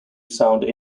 sound